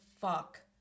fuck